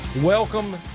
Welcome